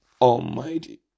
almighty